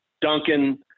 Duncan